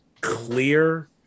clear